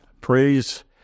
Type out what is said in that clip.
praise